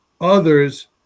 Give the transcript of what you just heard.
others